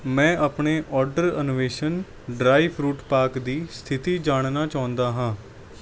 ਮੈਂ ਆਪਣੇ ਔਡਰ ਅਨਵੇਸ਼ਨ ਡਰਾਈ ਫਰੂਟ ਪਾਕ ਦੀ ਸਥਿਤੀ ਜਾਣਨਾ ਚਾਹੁੰਦਾ ਹਾਂ